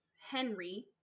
Henry